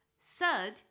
Third